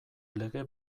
lege